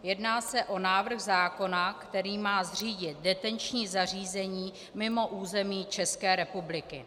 Jedná se o návrh zákona, který má zřídit detenční zařízení mimo území České republiky.